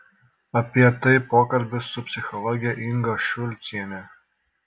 apie tai pokalbis su psichologe inga šulciene